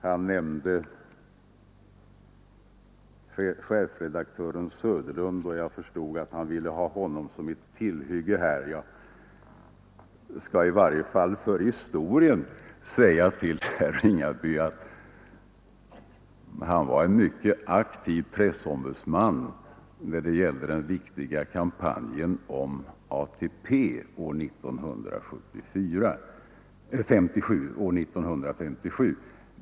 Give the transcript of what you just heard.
Han nämnde chefredaktören Söderlund, och jag förstod att han ville ha honom som ett tillhygge här. Jag kan i varje fall för historien säga till herr Ringaby att Söderlund var en mycket aktiv pressombudsman när det gällde den viktiga kampanjen om ATP år 1957.